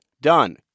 done